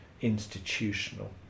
institutional